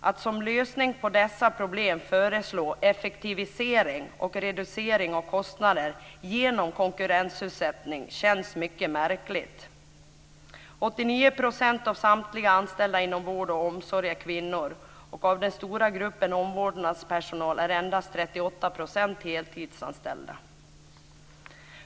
Att som lösning på detta problem föreslå effektivisering och reducering av kostnader genom konkurrensutsättning känns mycket märkligt. 89 % av samtliga anställda inom vård och omsorg är kvinnor, och av den stora gruppen omvårdnadspersonal är endast 38 % heltidsanställda.